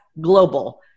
global